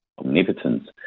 omnipotence